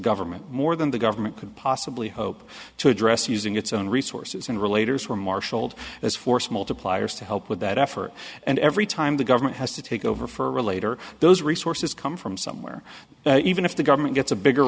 government more than the government could possibly hope to address using its own resources and related is were marshalled as force multipliers to help with that effort and every time the government has to take over for relator those resources come from somewhere even if the government gets a bigger